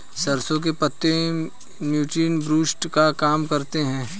सरसों के पत्ते इम्युनिटी बूस्टर का काम करते है